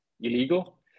illegal